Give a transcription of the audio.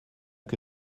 que